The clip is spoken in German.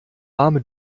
warme